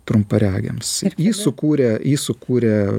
trumparegiams jį sukūrė jį sukūrė